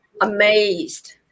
amazed